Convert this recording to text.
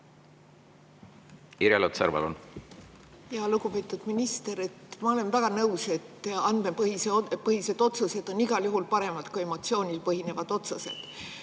Irja Lutsar, palun! Lugupeetud minister! Ma olen väga nõus, et andmepõhised otsused on igal juhul paremad kui emotsioonil põhinevad otsused.